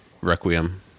Requiem